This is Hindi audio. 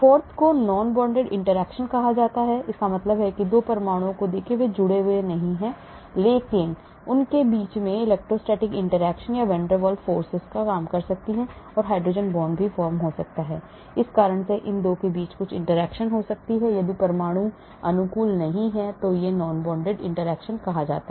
4th को non bonded interactions कहा जाता है इसका मतलब है कि इन 2 परमाणुओं को देखें वे जुड़े नहीं हैं लेकिन electrostatic forces van der Waals forces or even hydrogen bond formation के कारण इन 2 के बीच कुछ interactions हो सकती है यदि परमाणु अनुकूल होते हैं इसलिए उन्हें non bonded interaction कहा जाता है